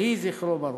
יהי זכרו ברוך.